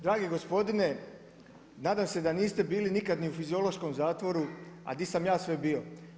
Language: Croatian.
Dragi gospodine, nadam se da niste bili ni u fiziološkom zatvoru, a di sam ja sve bio.